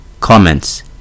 Comments